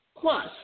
Plus